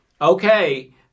okay